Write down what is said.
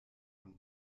und